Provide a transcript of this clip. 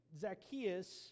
Zacchaeus